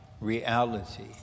reality